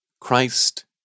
Christ